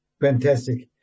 Fantastic